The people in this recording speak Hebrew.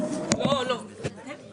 גם אם הוא לא הצליח לעבוד באותה שנה,